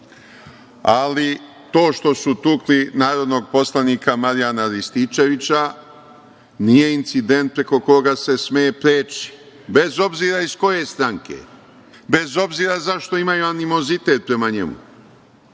Ali, to što su tukli narodnog poslanika Marijana Rističevića nije incident preko koga se sme preći, bez obzira iz koje je stranke, bez obzira zašto imaju animozitet prema njemu.